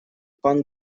пан